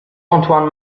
antoine